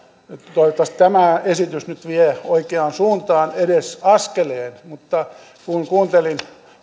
toivottavasti tämä esitys vie oikeaan suuntaan edes askeleen mutta kun kuuntelin